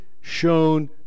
shown